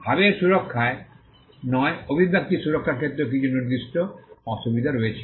ভাবের সুরক্ষায় নয় অভিব্যক্তির সুরক্ষার ক্ষেত্রেও কিছু নির্দিষ্ট অসুবিধা রয়েছে